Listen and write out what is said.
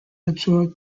absorbed